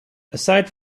aside